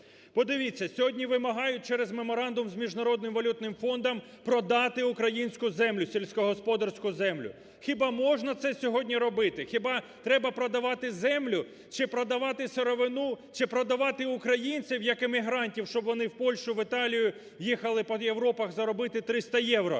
Подивіться, сьогодні вимагають через меморандум з Міжнародним валютним фондом продати українську землю, сільськогосподарську землю. Хіба можна це сьогодні робити? Хіба треба продавати землю чи продавати сировину, чи продавати українців як емігрантів, щоб вони в Польщу, в Італію, їхали по Європах заробити 300 євро?